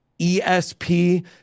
ESP